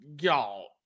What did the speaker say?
y'all